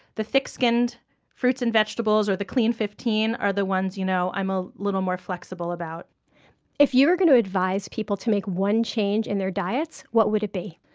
the thick-skinned fruits and vegetables in the clean fifteen are the ones you know i'm a little more flexible about if you were going to advise people to make one change in their diets, what would it be?